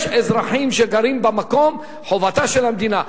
יש אזרחים שגרים במקום, זו חובתה של המדינה.